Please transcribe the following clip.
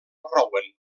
rouen